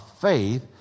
faith